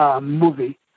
movie